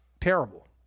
terrible